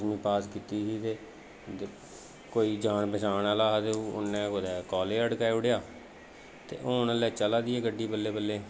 दसमीं पास कीती दी ते कोई जान पन्छान आह्ला हा ते उ'न्नै कुतै कालेज अटकाई ओड़ेआ ते हुन इसलै चलै दी ऐ गड्डी बल्लें बल्लें